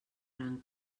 gran